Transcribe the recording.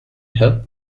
help